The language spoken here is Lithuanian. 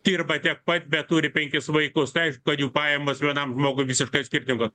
dirba tiek pat bet turi penkis vaikus tai aišku kad jų pajamos vienam žmogui visiškai skirtingo